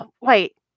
wait